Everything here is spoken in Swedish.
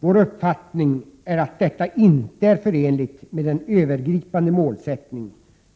Vår uppfattning är att detta inte är förenligt med den övergripande målsättning